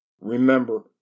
Remember